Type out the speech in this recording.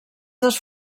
dels